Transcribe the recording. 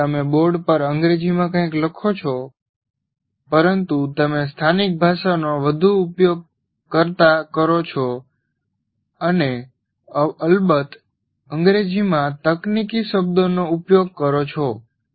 જ્યારે તમે બોર્ડ પર અંગ્રેજીમાં કંઇક લખો છો પરંતુ તમે સ્થાનિક ભાષાનો વધુ ઉપયોગ કરતા કરો છો અને અલબત્ત અંગ્રેજીમાં તકનીકી શબ્દોનો ઉપયોગ કરો છો